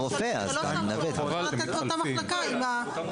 --- באותה מחלקה.